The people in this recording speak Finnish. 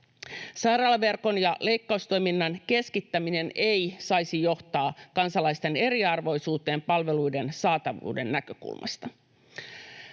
Sairaalaverkon ja leikkaustoiminnan keskittäminen ei saisi johtaa kansalaisten eriarvoisuuteen palveluiden saatavuuden näkökulmasta.